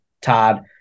Todd